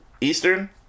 Eastern